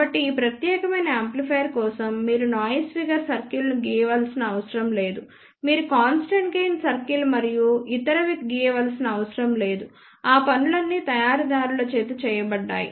కాబట్టి ఈ ప్రత్యేకమైన యాంప్లిఫైయర్ కోసం మీరు నాయిస్ ఫిగర్ సర్కిల్ను గీయవలసిన అవసరం లేదు మీరు కాన్స్టెంట్ గెయిన్ సర్కిల్ మరియు ఇతరవి గీయవలసిన అవసరం లేదు ఆ పనులన్నీ తయారీదారుల చేత చేయబడ్డాయి